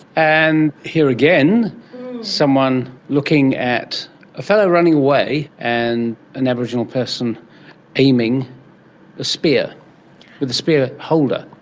and here again someone looking at a fellow running away and an aboriginal person aiming a spear with a spear holder.